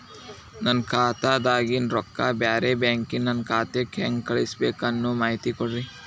ನನ್ನ ಖಾತಾದಾಗಿನ ರೊಕ್ಕ ಬ್ಯಾರೆ ಬ್ಯಾಂಕಿನ ನನ್ನ ಖಾತೆಕ್ಕ ಹೆಂಗ್ ಕಳಸಬೇಕು ಅನ್ನೋ ಮಾಹಿತಿ ಕೊಡ್ರಿ?